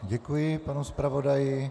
Děkuji panu zpravodaji.